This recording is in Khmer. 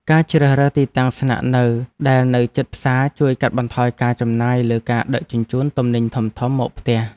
ការជ្រើសរើសទីតាំងស្នាក់នៅដែលនៅជិតផ្សារជួយកាត់បន្ថយការចំណាយលើការដឹកជញ្ជូនទំនិញធំៗមកផ្ទះ។